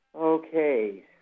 Okay